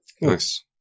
Nice